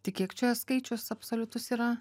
tai kiek čia skaičius absoliutus yra